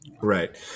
right